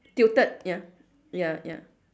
tilted ya ya ya